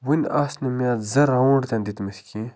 وٕنۍ آسہٕ نہٕ مےٚ زٕ راوُنٛڈ تہِ نہٕ دِتمٕتۍ کیٚنہہ